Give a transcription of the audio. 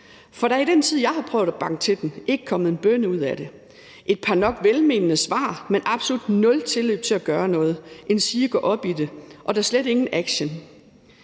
For der er i den tid, jeg har prøvet at banke til den, ikke kommet en bønne ud af det. Der er kommet et par nok velmenende svar, men absolut nul tilløb til at gøre noget endsige gå op i det, og da slet ikke ingen action.